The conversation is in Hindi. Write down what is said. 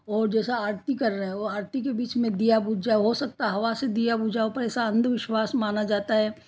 और जैसा आरती कर रहे वो आरती के बीच में दिया बुझ जाए हो सकता है हवा से दिया बुझ जाए पर ऐसा अंधविश्वास माना जाता है